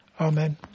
Amen